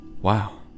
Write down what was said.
Wow